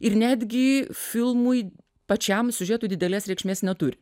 ir netgi filmui pačiam siužetui didelės reikšmės neturi